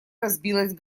разбилась